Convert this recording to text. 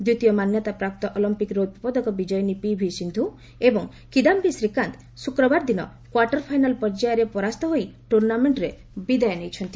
ଦ୍ୱିତୀୟ ମାନ୍ୟତାପ୍ରାପ୍ତ ଅଲିମ୍ପିକ ରୌପ୍ୟପଦକ ବିଜୟିନୀ ପିଭି ସିନ୍ଧୁ ଏବଂ କିଦାଧି ଶ୍ରୀକାନ୍ତ ଶୁକ୍ରବାରଦିନ କ୍ୱାର୍ଟର ଫାଇନାଲ ପର୍ଯ୍ୟାୟରେ ପରାସ୍ତ ହୋଇ ଟୁର୍ଣ୍ଣାମେଣ୍ଟରେ ବିଦାୟ ନେଇଛନ୍ତି